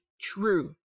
true